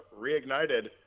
reignited